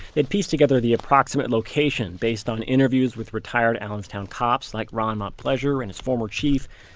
they had pieced together the approximate location based on interviews with retired allenstown cops like ron montplaisir and his former chief,